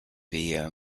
via